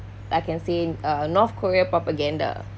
I can say uh north-korea propaganda